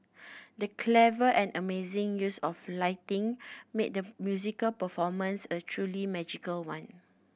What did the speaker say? the clever and amazing use of lighting made the musical performance a truly magical one